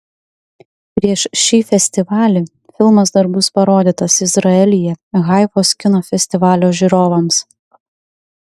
prieš šį festivalį filmas dar bus parodytas izraelyje haifos kino festivalio žiūrovams